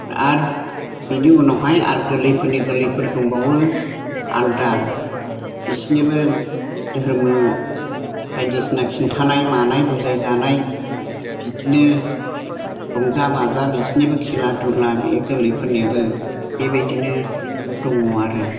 आरो बिनि उनावहाय आरो गोरलैफोरनि गोरलैफोर दंबावो आलदा बेसिनाबो धोरोम बायदिसिना खिन्थानाय मानाय बुजाय जानाय बिदिनो रंजा बाजा बिसिनिबो खेला दुला बे गोरलैफोरनिबो बेबायदिनो दङ आरो